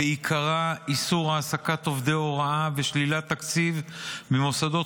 ועיקרה איסור העסקת עובדי הוראה ושלילת תקציב ממוסדות